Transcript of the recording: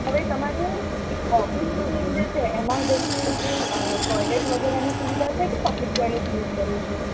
હવે તમારું એક ઑફિસ રૂટીન જે છે એમાં જેમ કે જે ટોયલેટ વગેરેની સુવિધા છે કે પબ્લિક ટોયલેટ યુઝ કરો છો